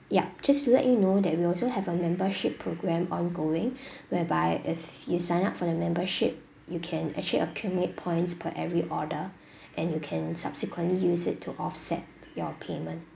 yup just to let you know that we also have a membership program ongoing whereby if you sign up for the membership you can actually accumulate points per every order and you can subsequently use it to offset your payment